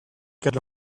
get